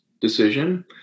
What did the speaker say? decision